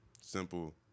simple